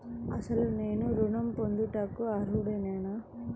అసలు నేను ఋణం పొందుటకు అర్హుడనేన?